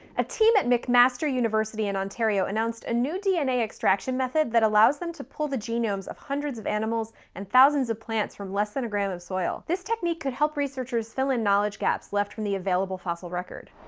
a team at mcmaster university in ontario announced a new dna extraction method that allows them to pull the genomes of hundreds of animals and thousands of plants from less than a gram of soil. this technique could help researchers fill in knowledge gaps left from the available fossil record.